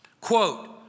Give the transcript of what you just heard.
quote